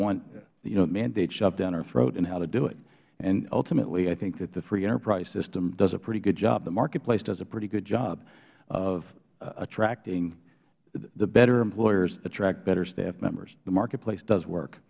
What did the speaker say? want mandates shoved down our throat in how to do it and ultimately i think that the free enterprise system does a pretty good job the marketplace does a pretty good job of attracting the better employers attract better staff members the marketplace does work